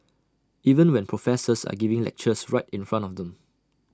even when professors are giving lectures right in front of them